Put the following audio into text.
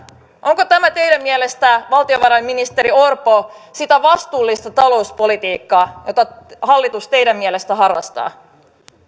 onko tämä teidän mielestänne valtiovarainministeri orpo sitä vastuullista talouspolitiikkaa jota hallitus teidän mielestänne harrastaa